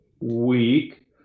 week